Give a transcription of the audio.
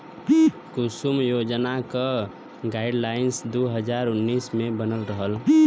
कुसुम योजना क गाइडलाइन दू हज़ार उन्नीस मे बनल रहल